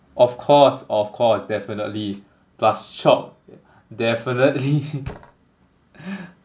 of course of course definitely plus chop definitely